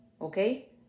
okay